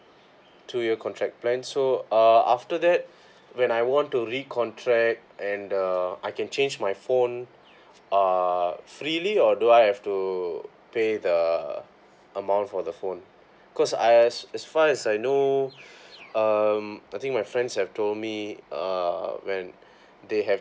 two year contract plan so uh after that when I want to recontract and uh I can change my phone uh freely or do I have to pay the amount for the phone cause I as far as I know um I think my friends have told me err when they have